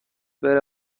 بره